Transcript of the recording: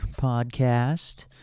Podcast